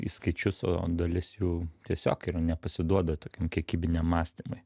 į skaičius o dalis jų tiesiog ir nepasiduoda tokiam kiekybiniam mąstymui